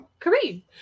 Kareem